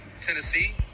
Tennessee